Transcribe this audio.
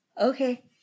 Okay